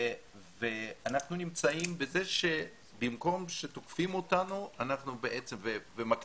אנחנו נמצאים בזה שבמקום שתוקפים אותנו ומקטינים